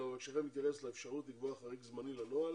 אולם נבקשכם להתייחס לאפשרות לקבוע חריג זמני לנוהל